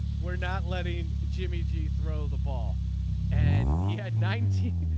we're not letting jimmy g throw the ball and he had ninety.